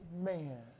man